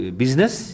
business